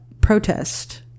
protest